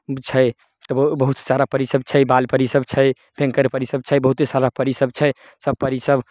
ओ छै तऽ बहुत सारा परी सब छै बाल परी सब छै भयंकर परी सब छै बहुत्ते सारा परी सब छै सब परी सब